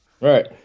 Right